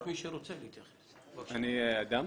שמי אדם